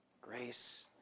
grace